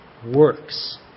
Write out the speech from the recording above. Works